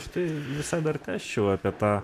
aš tai visai dar tęsčiau apie tą